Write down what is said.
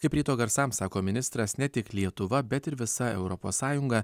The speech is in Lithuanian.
kaip ryto garsams sako ministras ne tik lietuva bet ir visa europos sąjunga